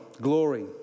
Glory